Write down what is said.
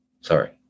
sorry